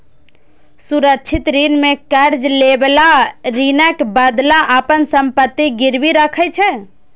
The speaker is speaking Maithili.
सुरक्षित ऋण मे कर्ज लएबला ऋणक बदला अपन संपत्ति गिरवी राखै छै